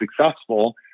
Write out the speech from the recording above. successful